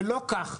ולא כך.